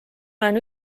olen